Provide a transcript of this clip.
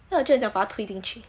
then 我就很想把他推进去